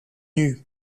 nue